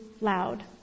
loud